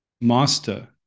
master